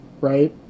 right